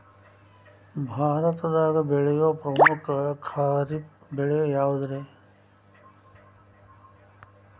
ಭಾರತದಾಗ ಬೆಳೆಯೋ ಪ್ರಮುಖ ಖಾರಿಫ್ ಬೆಳೆ ಯಾವುದ್ರೇ?